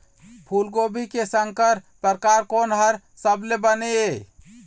फूलगोभी के संकर परकार कोन हर सबले बने ये?